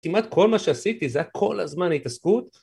כמעט כל מה שעשיתי זה היה כל הזמן התעסקות